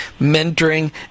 mentoring